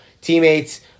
teammates